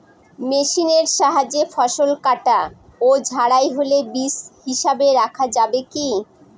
মেশিনের সাহায্যে ফসল কাটা ও ঝাড়াই হলে বীজ হিসাবে রাখা যাবে কি?